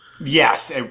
Yes